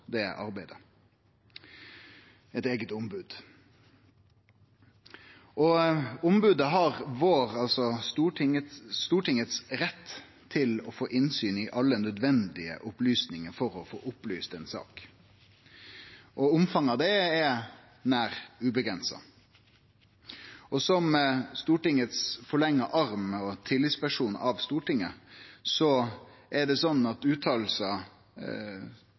det arbeidet – eit eige ombod. Ombodet har vår, altså Stortingets, rett til å få innsyn i alle nødvendige opplysningar for å få opplyst ei sak, og omfanget av det er nær uavgrensa. Og som Stortingets forlengde arm og tillitsperson for Stortinget er det sånn at